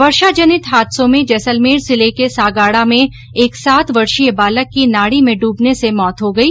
वर्षा जनित हादसों में जैसलमेर जिले के सागाणा में एक सात वर्षीय बालक की नाड़ी में डूबने से मौत हो गई